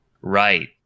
Right